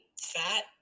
fat